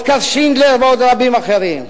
אוסקר שינדלר ועוד רבים אחרים.